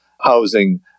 housing